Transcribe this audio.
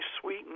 sweet